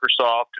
Microsoft